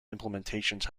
implementations